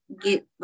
get